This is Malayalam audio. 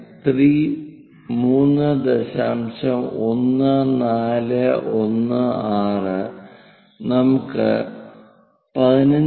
1416 നമുക്ക് 15